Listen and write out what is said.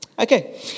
Okay